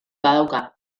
badauka